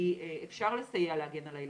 כי אפשר לסייע להגן על הילדים.